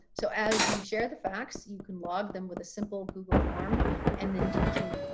so as you share the facts, you can log them with a simple google form and then we can